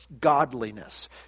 godliness